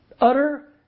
Utter